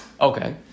Okay